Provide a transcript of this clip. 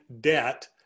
debt